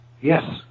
Yes